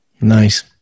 Nice